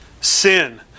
Sin